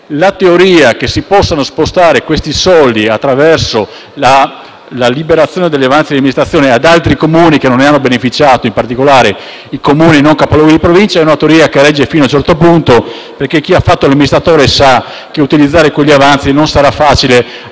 La teoria che si possano spostare questi soldi attraverso la liberazione degli avanzi di amministrazione ad altri Comuni che non ne hanno beneficiato, in particolare i Comuni non capoluogo di Provincia, regge fino ad un certo punto perché chi ha fatto l'amministratore sa che utilizzare quegli avanzi non sarà facile,